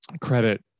credit